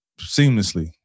seamlessly